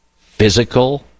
Physical